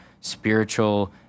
spiritual